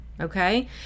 Okay